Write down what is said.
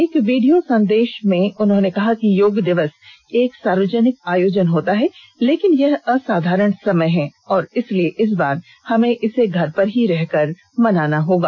एक वीडियो संदेश में उन्होंने कहा कि योग दिवस एक सार्वजनिक आयोजन होता है लेकिन यह असाधारण समय है और इसलिए इस बार हमें इसे घर पर रहकर ही मनाना होगा